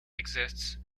exists